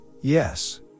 yes